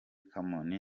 komini